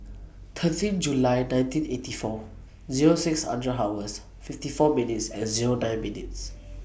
thirteen July nineteen eighty four Zero six hundred hours fifty four minutes and Zero nine minutes